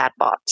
chatbots